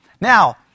Now